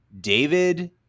David